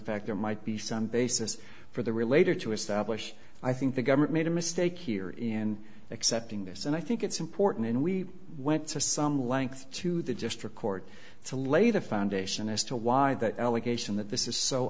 fact there might be some basis for the relator to establish i think the government made a mistake here in accepting this and i think it's important and we went to some length to the district court to lay the foundation as to why that allegation that this is so